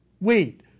wait